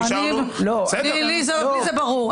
לי זה ברור.